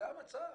זה המצב.